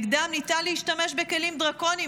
נגדם ניתן להשתמש בכלים דרקוניים,